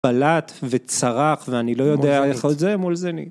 בלט וצרח ואני לא יודע איך עוד זה מול זני